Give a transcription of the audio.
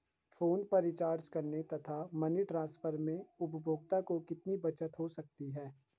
Phone पर recharge करने तथा मनी ट्रांसफर में उपभोक्ता को कितनी बचत हो सकती है?